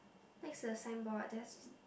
next to the signboard just